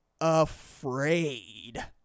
afraid